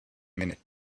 minute